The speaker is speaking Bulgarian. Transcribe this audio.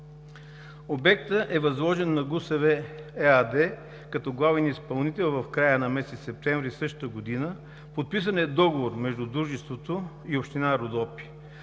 Обектът е възложен на ГУСВ – ЕАД, като главен изпълнител в края на месец септември същата година. Подписан е договор между дружеството и община Родопи.